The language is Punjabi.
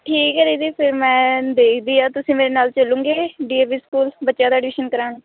ਠੀਕ ਹੈ ਦੀਦੀ ਫਿਰ ਮੈਂ ਦੇਖਦੀ ਹਾਂ ਤੁਸੀਂ ਮੇਰੇ ਨਾਲ ਚੱਲੋਗੇ ਡੀ ਏ ਵੀ ਸਕੂਲ ਬੱਚਿਆਂ ਦਾ ਐਡਮਿਸ਼ਨ ਕਰਾਉਣ